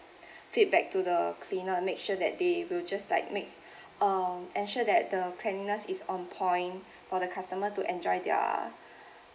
feedback to the cleaner and make sure that they will just like make um ensure that the cleanliness is on point for the customer to enjoy their